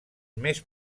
més